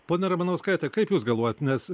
ponia ramanauskaite kaip jūs galvojat nes